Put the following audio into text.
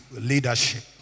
leadership